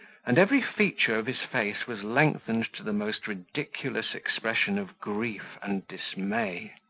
and every feature of his face was lengthened to the most ridiculous expression of grief and dismay.